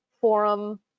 forum